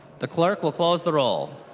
the clerk will close the roll.